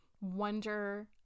wonder